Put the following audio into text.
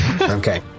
Okay